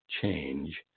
change